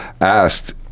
asked